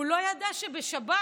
הוא לא ידע שבשב"ס